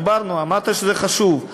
דיברנו, אמרנו שזה חשוב,